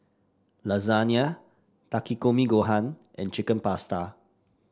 Lasagne Takikomi Gohan and Chicken Pasta